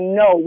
no